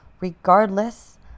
regardless